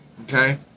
Okay